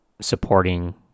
supporting